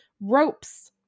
ropes